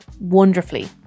wonderfully